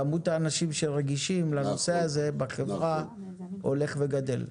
כמות האנשים שרגישים לנושא הזה בחברה הולך וגדל.